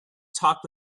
talked